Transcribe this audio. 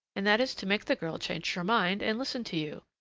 and that is to make the girl change her mind and listen to you.